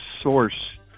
source